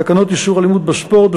תקנות איסור אלימות בספורט.